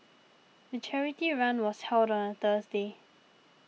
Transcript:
the charity run was held on a Thursday